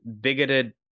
bigoted